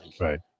right